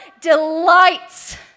delights